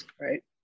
right